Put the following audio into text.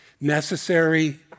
necessary